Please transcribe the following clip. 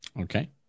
Okay